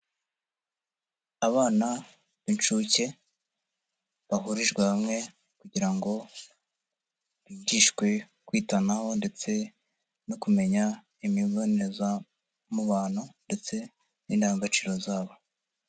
Abana b'incuke bahurijwe hamwe kugira ngo bigishwe kwitanaho ndetse no kumenya imibonezamubano, ndetse n'indangagaciro zabo.